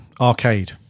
Arcade